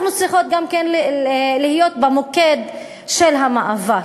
ואנחנו צריכות להיות גם במוקד של המאבק.